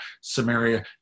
Samaria